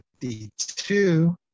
52